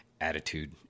attitude